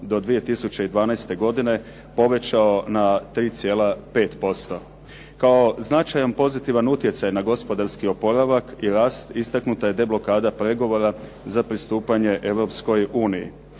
do 2012. godine povećao na 3,5%. Kao značajan pozitivan utjecaj na gospodarski oporavak i rast istaknuta je deblokada pregovora za pristupanje Europskoj uniji.